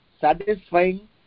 satisfying